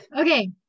Okay